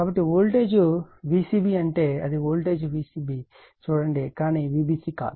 కాబట్టి voltage Vcb అంటే అది వోల్టేజ్ Vcb ని చూడండి కానీ Vbc కాదు